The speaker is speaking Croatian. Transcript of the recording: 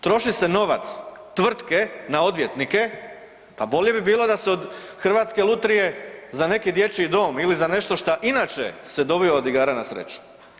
Troši se novac tvrtke na odvjetnike, pa bolje bi bilo da se od Hrvatske lutrije za neki dječji dom ili na za nešto šta inače se dobiva od igara na sreću.